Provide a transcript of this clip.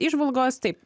įžvalgos taip